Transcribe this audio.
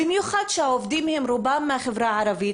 במיוחד שרוב העובדים מהחברה הערבית.